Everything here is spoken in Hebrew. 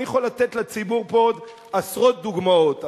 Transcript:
אני יכול לתת לציבור פה עוד עשרות דוגמאות,